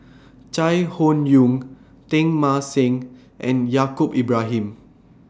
Chai Hon Yoong Teng Mah Seng and Yaacob Ibrahim